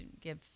give